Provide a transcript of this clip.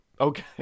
Okay